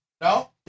No